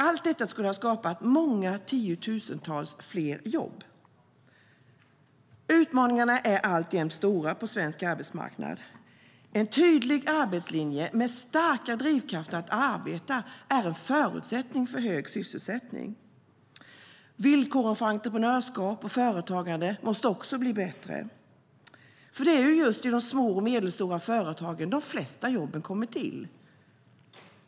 Allt detta skulle ha skapat många tiotusental fler jobb. Utmaningarna på svensk arbetsmarknad är alltjämt stora. En tydlig arbetslinje med starka drivkrafter att arbeta är en förutsättning för hög sysselsättning. Villkoren för entreprenörskap och företagande måste också bli bättre, för det är just i de små och medelstora företagen som de flesta jobben kommer till.